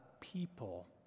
people